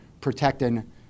protecting